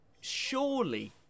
Surely